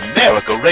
America